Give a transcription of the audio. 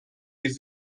les